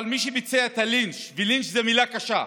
אבל מי שביצע את הלינץ' ולינץ' זו מילה קשה,